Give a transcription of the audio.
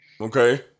Okay